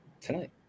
Tonight